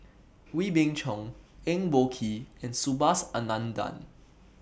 Wee Beng Chong Eng Boh Kee and Subhas Anandan